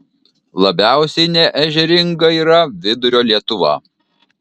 labiausiai neežeringa yra vidurio lietuva